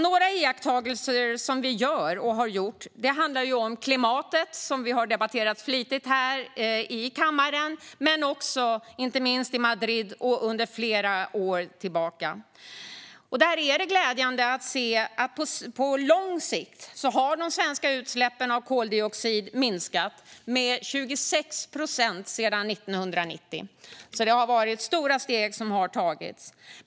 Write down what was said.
Några av våra iakttagelser gäller klimatet, som ju har debatterats flitigt i kammaren under flera år och inte minst nu i Madrid. Det är glädjande att se att de svenska utsläppen av koldioxid har minskat med 26 procent sedan 1990. Stora steg har alltså tagits.